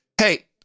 hey